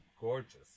gorgeous